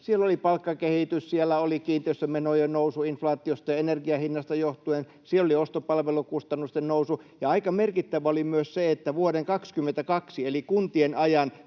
Siellä oli palkkakehitys, siellä oli kiinteistömenojen nousu inflaatiosta ja energian hinnasta johtuen, siellä oli ostopalvelukustannusten nousu, ja aika merkittävä oli myös se, että vuoden 22 eli kuntien ajan